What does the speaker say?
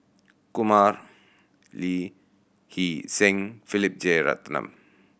Kumar Lee Hee Seng Philip Jeyaretnam